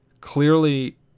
clearly